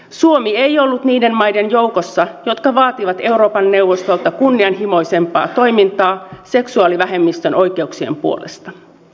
suomi ei ollut niiden maiden joukossa jotka vaativat euroopan neuvostolta kunnianhimoisempaa toimintaa seksuaalivähemmistön oikeuksien puolesta